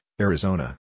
Arizona